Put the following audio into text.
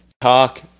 Talk